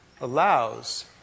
allows